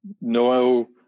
No